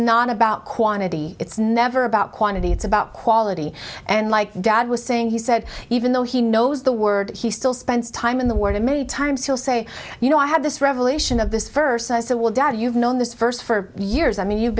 not about quantity it's never about quantity it's about quality and like dad was saying he said even though he knows the word he still spends time in the word and many times he'll say you know i had this revelation of this verse i said will dad you've known this first for years i mean you've